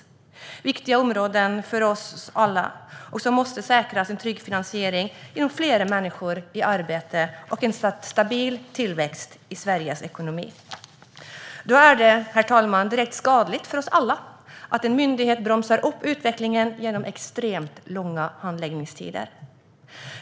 Det är viktiga områden för oss alla som måste säkras en trygg finansiering genom fler människor i arbete och en stabil tillväxt i Sveriges ekonomi. Herr talman! Då är det direkt skadligt för oss alla att en myndighet bromsar upp utvecklingen genom extremt långa handläggningstider.